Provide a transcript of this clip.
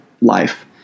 life